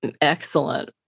Excellent